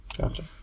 Gotcha